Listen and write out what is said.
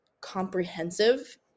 comprehensive